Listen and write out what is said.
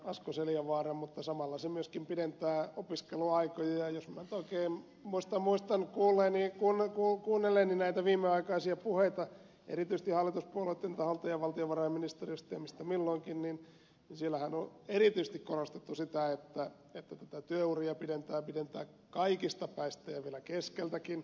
asko seljavaara mutta samalla se myöskin pidentää opiskeluaikoja ja jos minä oikein muistan kuunnelleeni näitä viimeaikaisia puheita erityisesti hallituspuolueitten taholta ja valtiovarainministeriöstä ja mistä milloinkin siellähän on erityisesti korostettu sitä että pitää työuria pidentää pidentää kaikista päistä ja vielä keskeltäkin